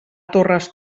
torres